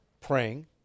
praying